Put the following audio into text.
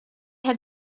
had